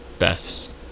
Best